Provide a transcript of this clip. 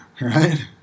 right